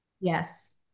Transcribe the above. Yes